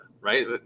right